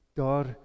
daar